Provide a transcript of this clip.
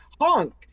Honk